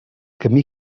camí